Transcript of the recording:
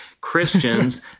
Christians